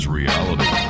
reality